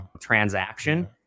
transaction